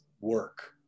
work